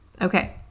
Okay